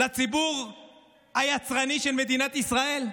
לציבור היצרני של מדינת ישראל,